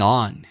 on